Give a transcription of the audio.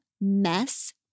Mess